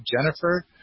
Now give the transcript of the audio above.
Jennifer